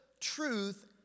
truth